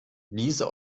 diese